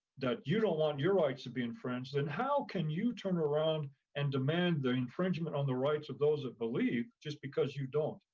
that you don't want your rights to be infringed, then how can you turn around and demand the infringement on the rights of those of believe just because you don't.